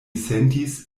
sentis